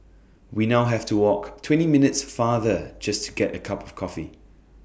we now have to walk twenty minutes farther just to get A cup of coffee